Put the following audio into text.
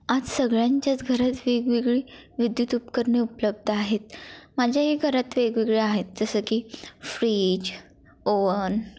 आज सगळ्यांच्याच घरात वेगवेगळी विद्युत उपकरणे उपलब्ध आहेत माझ्याही घरात वेगवेगळी आहेत जसं की फ्रीज ओवन